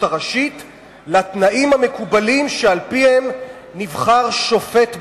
הראשית נבחרים לתנאים המקובלים שעל-פיהם נבחר שופט בישראל.